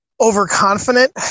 overconfident